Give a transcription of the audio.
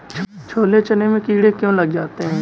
छोले चने में कीड़े क्यो लग जाते हैं?